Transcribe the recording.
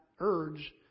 urge